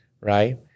Right